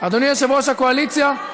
אדוני יושב-ראש הקואליציה.